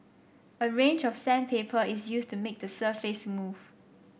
a range of sandpaper is used to make the surface smooth